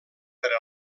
per